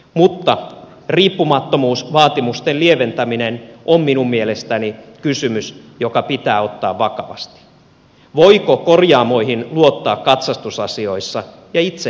mutta riippumattomuusvaatimusten lieventäminen on minun mielestäni kysymys joka pitää ottaa vakavasti voiko korjaamoihin luottaa katsastusasioissa ja itse jaan tämän huolen